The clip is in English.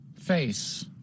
Face